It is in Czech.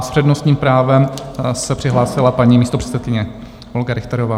S přednostním právem se přihlásila paní místopředsedkyně Olga Richterová.